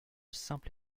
simple